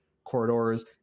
Corridors